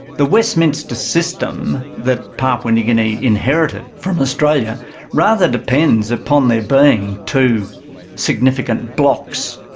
the westminster system that papua new guinea inherited from australia rather depends upon their being two significant blocs.